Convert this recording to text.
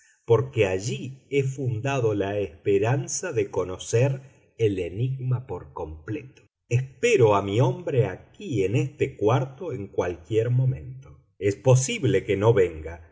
porque allí he fundado la esperanza de conocer el enigma por completo espero a mi hombre aquí en este cuarto en cualquier momento es posible que no venga